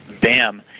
bam